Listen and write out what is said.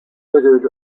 triggered